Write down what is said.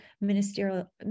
ministerial